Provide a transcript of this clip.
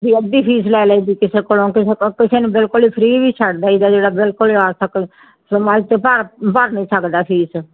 ਅਸੀਂ ਅੱਧੀ ਫੀਸ ਲੈ ਲਈ ਕਿਸੇ ਕੋਲੋਂ ਕਿਸੇ ਕੋਲ ਕਿਸੇ ਨੂੰ ਬਿਲਕੁਲ ਫਰੀ ਵੀ ਛੱਡ ਦੇਈ ਦਾ ਜਿਹੜਾ ਬਿਲਕੁਲ ਭਰ ਭਰ ਨਹੀਂ ਸਕਦਾ ਫੀਸ